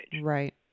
Right